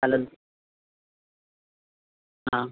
चालल हां